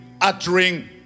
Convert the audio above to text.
uttering